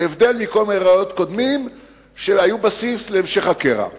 בהבדל מכל מיני רעיונות קודמים שהיו בסיס להמשך הקרע.